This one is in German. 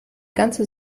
ganze